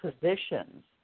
positions